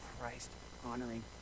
Christ-honoring